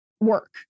work